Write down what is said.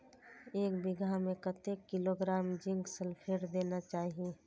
एक बिघा में कतेक किलोग्राम जिंक सल्फेट देना चाही?